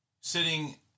sitting